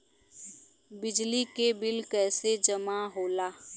बिजली के बिल कैसे जमा होला?